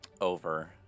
over